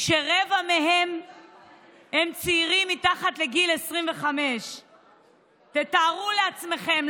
שרבע מהם הם צעירים מתחת לגיל 25. תארו לעצמכם,